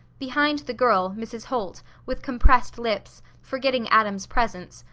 behind the girl, mrs. holt, with compressed lips, forgetting adam's presence,